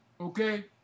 Okay